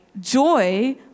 joy